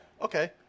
Okay